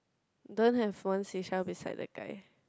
don't have font seashell beside the guy